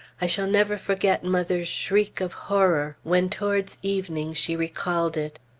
i shall never forget mother's shriek of horror when towards evening she recalled it.